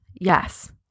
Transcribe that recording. Yes